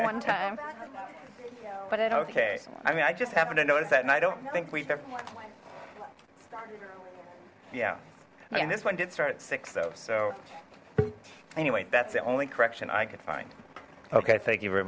one time but it okay i mean i just happened to notice that and i don't think we there yeah i mean this one did start at six though so anyway that's the only correction i could find okay thank you very